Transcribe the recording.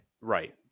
Right